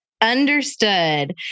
Understood